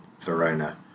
Verona